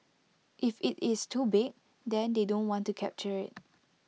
if IT is too big then they don't want to capture IT